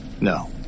No